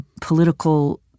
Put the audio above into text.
political